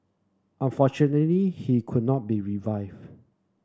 unfortunately he could not be revived